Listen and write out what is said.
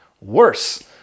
worse